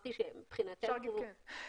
אפשר לומר כן.